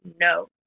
No